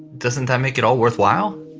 doesn't that make it all worthwhile?